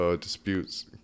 disputes